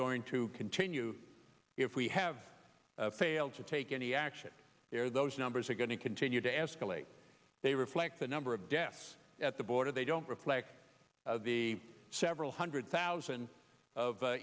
going to continue if we have failed to take any action there those numbers are going to continue to escalate they reflect the number of deaths at the border they don't reflect the several hundred thousand